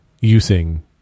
using